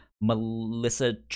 Melissa